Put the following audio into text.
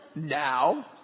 now